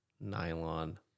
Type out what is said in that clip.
nylon